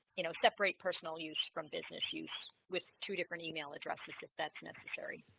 you know separate personal use from business use with two different email addresses. that's necessary